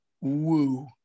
woo